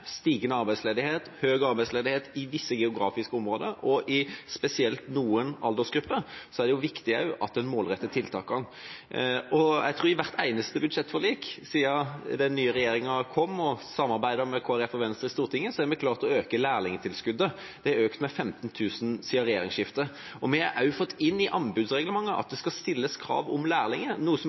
stigende arbeidsledighet – høy arbeidsledighet i visse geografiske områder og spesielt i noen aldersgrupper – er det også viktig at en målretter tiltakene. Jeg tror at i hvert eneste budsjettforlik siden den nye regjeringa kom – i samarbeid med Kristelig Folkeparti og Venstre i Stortinget – har vi klart å øke lærlingtilskuddet, det har økt med 15 000 kr siden regjeringsskiftet. Vi har også fått inn i anbudsreglementet at det skal stilles krav om lærlinger, noe som